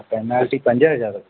penalty पंज हज़ार थो चए